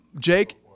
Jake